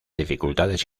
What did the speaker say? dificultades